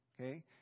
Okay